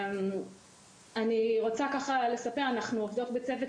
אני רוצה לספר, אנחנו עובדות בצוות